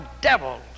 devils